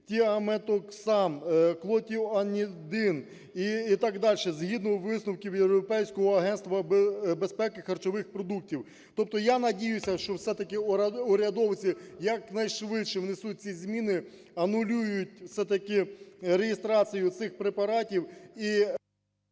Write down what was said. тіаметоксам, клотіанідин і так дальше – згідно висновків Європейського агентства безпеки харчових продуктів. Тобто я надіюся, що все-таки урядовці якнайшвидше внесуть ці зміни, анулюють все-таки реєстрацію цих препаратів…